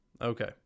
Okay